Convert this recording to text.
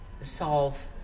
solve